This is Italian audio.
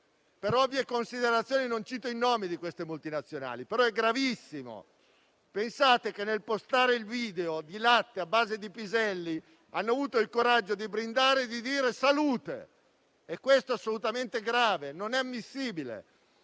Per ovvie considerazioni non cito i nomi di queste multinazionali, però è gravissimo. Pensate che, nel postare il video di latte a base di piselli, hanno avuto il coraggio di brindare, di dire «Salute!» e questo è assolutamente grave, non è ammissibile.